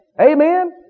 Amen